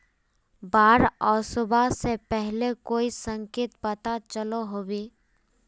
बाढ़ ओसबा से पहले कोई संकेत पता चलो होबे?